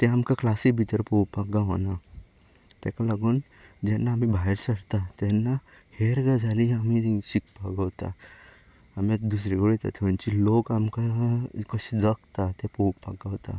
तें आमकां क्लासी भितर पळोवपाक गावना ताका लागून जेन्ना आमी भायर सरता तेन्ना हेर गजाली आनी थंय शिकपाक गावता आमी आतां दुसरे कडेन वयता थंयचे लोक आमकां एक कशे जगता हें पळोवपाक गावता